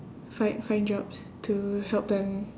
find find jobs to help them